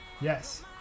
yes